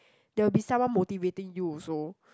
there will be someone motivating you also